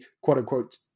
quote-unquote